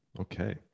Okay